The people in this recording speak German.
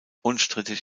unstrittig